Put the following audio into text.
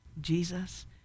jesus